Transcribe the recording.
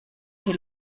que